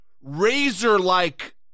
razor-like